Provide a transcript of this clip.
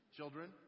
Children